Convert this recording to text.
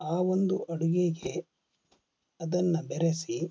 ಆ ಒಂದು ಅಡುಗೆಗೆ ಅದನ್ನು ಬೆರೆಸಿ